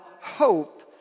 hope